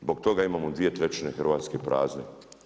Zbog toga imamo 2/3 Hrvatske prazne.